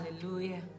hallelujah